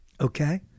okay